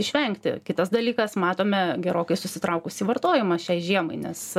išvengti kitas dalykas matome gerokai susitraukusį vartojimą šiai žiemai nes